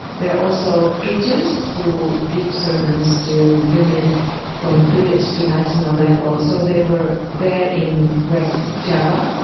they are also preachers who give sermons to women from villages to national levels. so they were there in west java.